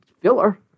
filler